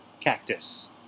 Cactus